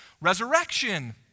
resurrection